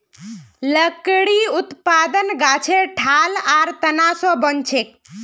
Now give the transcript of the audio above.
लकड़ी उत्पादन गाछेर ठाल आर तना स बनछेक